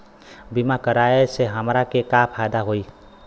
बीमा कराए से हमरा के का फायदा होई?